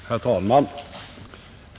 Herr talman!